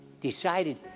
decided